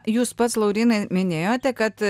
jūs pats laurynai minėjote kad